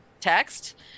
text